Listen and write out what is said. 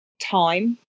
time